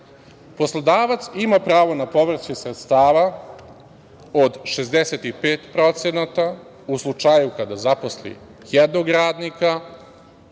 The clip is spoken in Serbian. Poslodavac ima pravo na povraćaj sredstava od 65% u slučaju kada zaposli jednog radnika